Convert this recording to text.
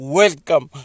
welcome